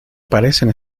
parecen